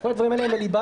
כל הדברים האלה הם בליבה.